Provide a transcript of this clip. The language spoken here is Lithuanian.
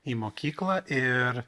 į mokyklą ir